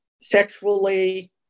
sexually